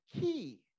key